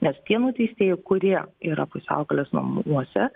nes tie nuteistieji kurie yra pusiaukelės namuose